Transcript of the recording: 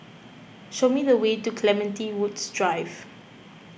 show me the way to Clementi Woods Drive